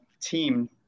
team